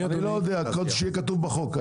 שיהיה כתוב בחוק.